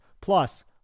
plus